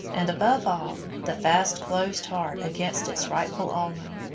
and above all, the fast-closed heart against its rightful owner,